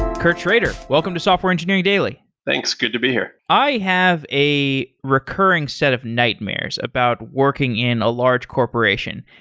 kurt schrader, welcome to software engineering daily. thanks. good to be here i have a recurring set of nightmares about working in a large corporation,